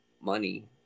money